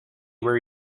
where